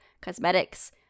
cosmetics